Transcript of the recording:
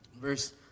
verse